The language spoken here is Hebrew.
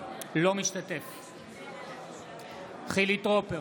אינו משתתף בהצבעה חילי טרופר,